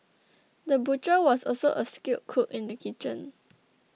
the butcher was also a skilled cook in the kitchen